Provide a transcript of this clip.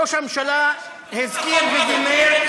ראש הממשלה הזכיר ודיבר,